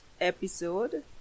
episode